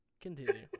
Continue